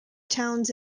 towns